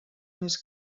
més